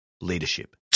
leadership